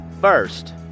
First